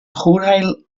chomhdháil